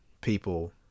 people